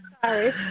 Sorry